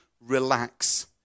relax